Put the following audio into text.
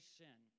sin